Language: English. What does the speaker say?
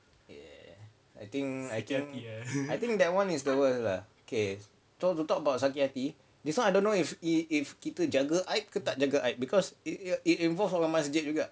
I think I think I think that [one] is the worst lah okay so to talk about sakit hati this [one] I don't know if i~ if kita jaga aib ke tak jaga aib because it it it involves masjid juga